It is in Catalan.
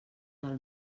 del